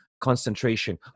concentration